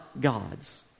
God's